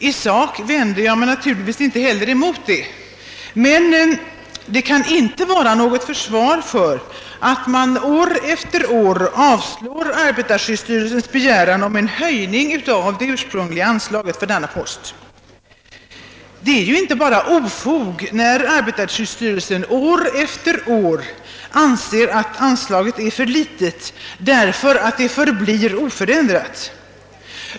I sak vänder jag mig naturligtvis inte heller mot detta, men det kan inte vara något försvar för att man år efter år avslår arbetarskyddsstyrelsens begäran om höjning av det ursprungliga anslaget för denna post. Det är ju inte bara ofog när arbetarskyddsstyrelsen år efter år anser, att anslaget är för litet därför att det förblir helt oförändrat.